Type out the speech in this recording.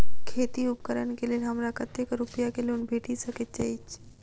खेती उपकरण केँ लेल हमरा कतेक रूपया केँ लोन भेटि सकैत अछि?